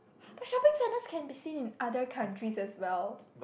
but shopping centres can be seen in other countries as well